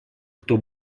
кто